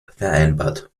vereinbart